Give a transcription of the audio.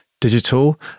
Digital